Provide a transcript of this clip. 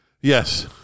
Yes